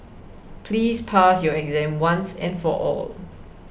please pass your exam once and for all